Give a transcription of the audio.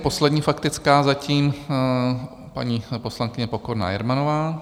Poslední faktická zatím paní poslankyně Pokorná Jermanová.